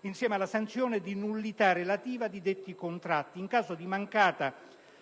insieme alla sanzione di "nullità relativa" di detti contratti, in caso di mancata